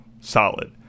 solid